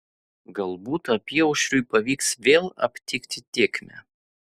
galbūt apyaušriui pavyks vėl aptikti tėkmę